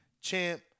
champ